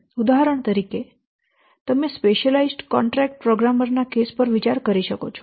ઉદાહરણ તરીકે તમે સ્પેશ્યલાઈઝડ કોન્ટ્રાકટ પ્રોગ્રામરો ના કેસ પર વિચાર કરી શકો છો